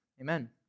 Amen